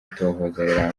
itohoza